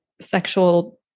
sexual